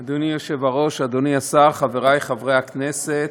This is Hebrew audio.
היושב-ראש, אדוני השר, חברי חברי הכנסת,